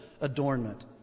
adornment